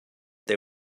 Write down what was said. they